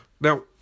Now